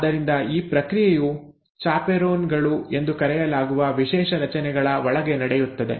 ಆದ್ದರಿಂದ ಆ ಪ್ರಕ್ರಿಯೆಯು ಚಾಪೆರೋನ್ ಗಳು ಎಂದು ಕರೆಯಲಾಗುವ ವಿಶೇಷ ರಚನೆಗಳ ಒಳಗೆ ನಡೆಯುತ್ತದೆ